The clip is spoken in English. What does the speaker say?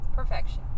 Perfection